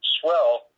swell